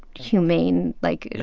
humane like.